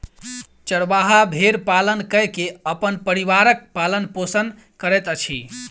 चरवाहा भेड़ पालन कय के अपन परिवारक पालन पोषण करैत अछि